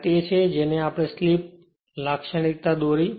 આ તે છે જે આપણે ટોર્ક સ્લિપ લાક્ષણિકતા દોરી